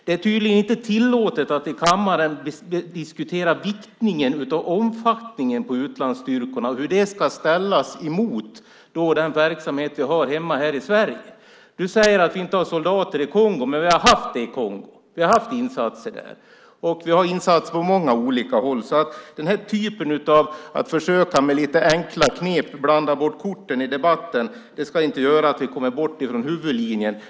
Det är tydligen inte tillåtet att i kammaren diskutera viktningen av omfattningen på utlandsstyrkorna och hur det ska ställas mot den verksamhet vi har hemma i Sverige. Du säger att vi inte har soldater i Kongo. Vi har haft insatser i Kongo. Vi har insatser på många håll. Att försöka blanda bort korten i debatten med lite enkla knep ska inte göra att vi kommer bort från huvudlinjen.